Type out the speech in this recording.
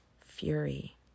fury